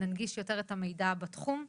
ננגיש את כל המידע בתחום הזה.